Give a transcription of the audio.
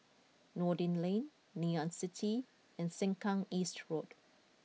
Noordin Lane Ngee Ann City and Sengkang East Road